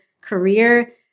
career